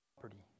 property